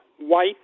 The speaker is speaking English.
white